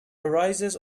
arises